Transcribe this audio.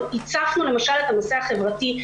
הצפנו למשל את הנושא החברתי.